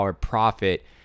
profit